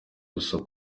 gusa